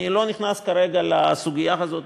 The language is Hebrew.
אני לא נכנס כרגע לסוגיה הזאת,